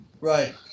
Right